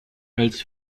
als